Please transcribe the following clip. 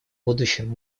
будущем